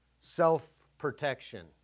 Self-protection